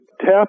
tap